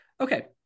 Okay